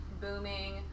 booming